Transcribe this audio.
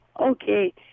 Okay